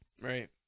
Right